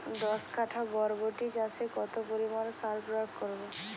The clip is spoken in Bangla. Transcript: দশ কাঠা বরবটি চাষে কত পরিমাণ সার প্রয়োগ করব?